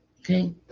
Okay